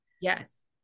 Yes